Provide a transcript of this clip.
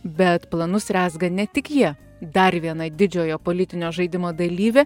bet planus rezga ne tik jie dar viena didžiojo politinio žaidimo dalyvė